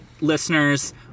Listeners